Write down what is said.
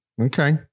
Okay